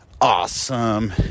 awesome